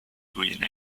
green